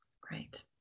Great